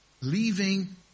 leaving